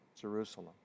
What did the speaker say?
Jerusalem